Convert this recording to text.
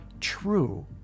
true